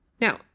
Now